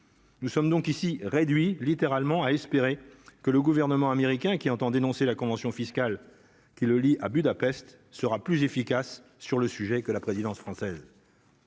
nous sommes donc ici réduit littéralement à espérer que le gouvernement américain qui entend dénoncer la convention fiscale qui le lie à Budapest sera plus efficace sur le sujet, que la présidence française.